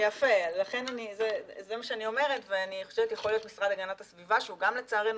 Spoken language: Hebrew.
יכול להיות המשרד להגנת הסביבה, שהוא גם לצערנו